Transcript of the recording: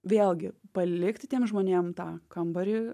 vėlgi palikti tiem žmonėm tą kambarį